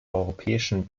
europäischen